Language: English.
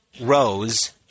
rows